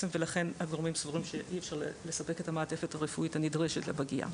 ולכן הגורמים סבורים שאי אפשר לספק את המעטפת הרפואית הנדרשת לפגייה.